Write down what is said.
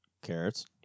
Carrots